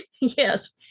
yes